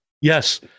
Yes